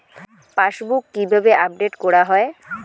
Passbook কিভাবে update করা হয়?